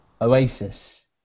Oasis